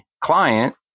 client